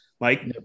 Mike